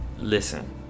listen